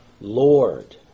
Lord